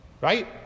Right